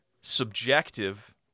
subjective